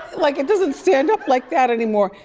like it doesn't stand up like that anymore.